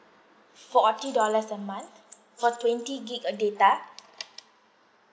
forty dollars a month for twenty gigabyte of data